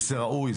וזה ראוי,